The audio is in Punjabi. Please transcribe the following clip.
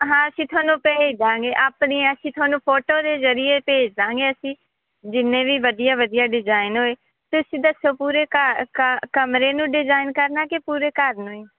ਹਾਂ ਕਿ ਤੁਹਾਨੂੰ ਭੇਜ ਦੇਵਾਂਗੇ ਆਪਣੇ ਅਸੀਂ ਤੁਹਾਨੂੰ ਫੋਟੋ ਦੇ ਜ਼ਰੀਏ ਭੇਜ ਦੇਵਾਂਗੇ ਅਸੀਂ ਜਿੰਨੇ ਵੀ ਵਧੀਆ ਵਧੀਆ ਡਿਜ਼ਾਇਨ ਹੋਏ ਤੁਸੀਂ ਦੱਸੋ ਪੂਰੇ ਘ ਕ ਕਮਰੇ ਨੂੰ ਡਿਜ਼ਾਇਨ ਕਰਨਾ ਕਿ ਪੂਰੇ ਘਰ ਨੂੰ ਹੀ